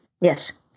Yes